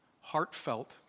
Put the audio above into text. heartfelt